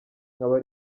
nkaba